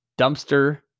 dumpster